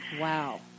Wow